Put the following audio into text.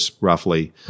roughly